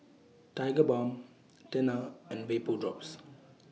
Tigerbalm Tena and Vapodrops